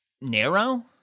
narrow